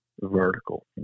vertical